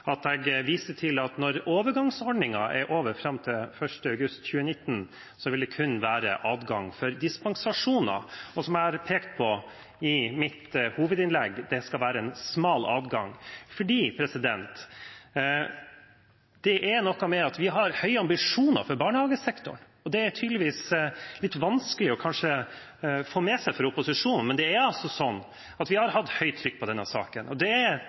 at jeg viste til at når overgangsordningen er over, fram til 1. august 2019, vil det kun være adgang for dispensasjoner. Og som jeg har pekt på i mitt hovedinnlegg, skal det være en smal adgang fordi det er noe med at vi har høye ambisjoner for barnehagesektoren. Det er tydeligvis litt vanskelig å få med seg for opposisjonen, men det er altså sånn at vi har hatt høyt trykk på denne saken. Det er